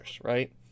right